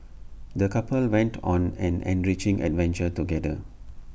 the couple went on an enriching adventure together